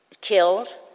Killed